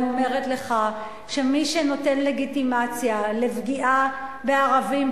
אומרת לך שמי שנותן לגיטימציה לפגיעה בערבים,